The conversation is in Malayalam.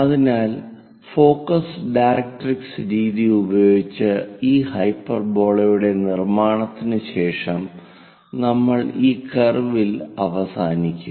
അതിനാൽ ഫോക്കസ് ഡയറക്ട്രിക്സ് രീതി ഉപയോഗിച്ച് ഈ ഹൈപ്പർബോളയുടെ നിർമ്മാണത്തിന് ശേഷം നമ്മൾ ഈ കർവിൽ അവസാനിക്കും